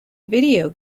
video